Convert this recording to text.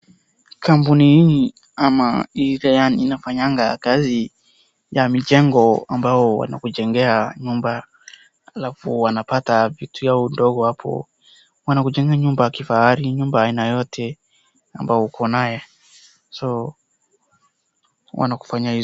Kampuni hii ama ile inafanyanga kazi ya mijengo ambao wanakujengea nyumba alafu wanapata vitu yao ndogo hapo . Wanakujengea nyumba ya kifahari nyumba aina yoyote ambao uko naye so wanakufanyia hizo.